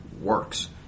works